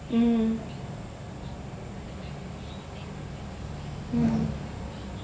mm mm